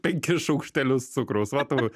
penki šaukštelius cukraus va tau